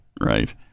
Right